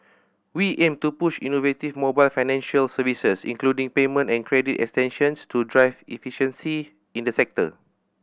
we aim to push innovative mobile financial services including payment and credit extensions to drive efficiency in the sector